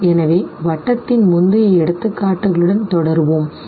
எனவே வட்டத்தின் முந்தைய எடுத்துக்காட்டுகளுடன் தொடருவோம் சரி